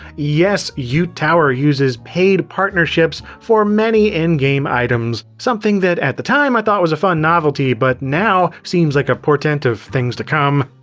yes, yoot tower uses paid partnerships for many in-game items. something that, at the time, i thought was a fun novelty, but now feels like a portent of things to come.